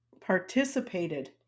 participated